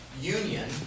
union